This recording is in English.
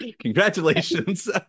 Congratulations